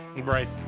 Right